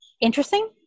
interesting